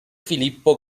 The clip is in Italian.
filippo